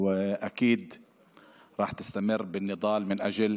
ואני בטוח שתמשיך במאבק למען,